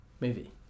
movie